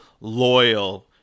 loyal